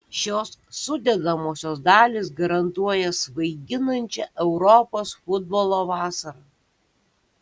šios sudedamosios dalys garantuoja svaiginančią europos futbolo vasarą